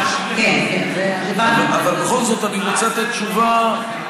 אבל בכל זאת אני רוצה לתת לך תשובה,